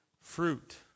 fruit